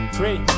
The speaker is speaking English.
three